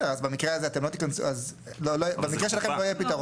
אז במקרה שלכם לא יהיה פתרון.